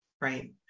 right